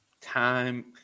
time